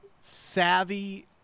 savvy